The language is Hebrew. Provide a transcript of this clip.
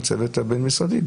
הצוות הבין-משרדי.